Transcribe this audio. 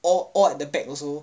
all all at the back also